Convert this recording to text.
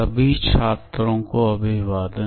सभी छात्रों को अभिवादन